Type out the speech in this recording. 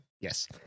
Yes